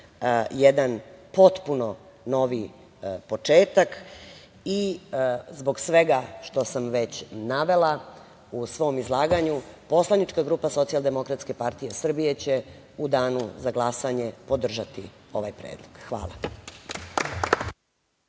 jedan potpuno novi početak i zbog svega što sam već navela u svom izlaganju, poslanička grupa Socijaldemokratske partije Srbije će u danu za glasanje podržati ovaj predlog. Hvala.